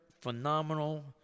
Phenomenal